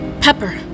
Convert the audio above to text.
Pepper